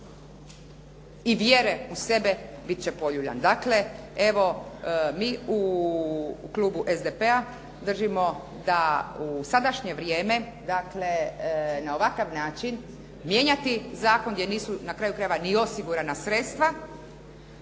i vjere u sebe bit će poljuljan. Dakle, evo mi u klubu SDP-a držimo da u sadašnje vrijeme, dakle na ovakav način mijenjati zakon gdje nisu na kraju krajeva ni osigurana sredstva